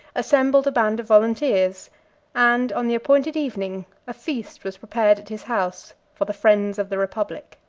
assembled a band of volunteers and on the appointed evening a feast was prepared at his house for the friends of the republic.